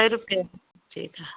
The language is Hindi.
कितना रुपये में